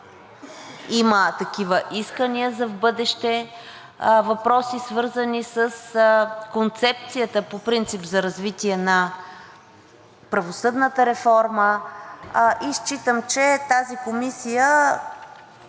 има такива искания за в бъдеще; въпроси, свързани с концепцията по принцип за развитие на правосъдната реформа. Считам, че тази комисия,